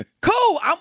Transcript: Cool